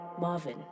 Marvin